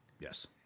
Yes